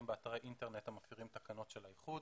באתרי אינטרנט הפרים תקנות של האיחוד.